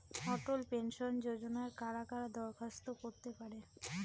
অটল pension যোজনায় কারা কারা দরখাস্ত করতে পারে?